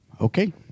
Okay